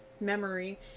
memory